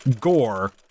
Gore